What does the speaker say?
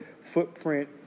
footprint